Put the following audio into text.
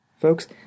Folks